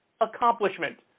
accomplishment